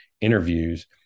interviews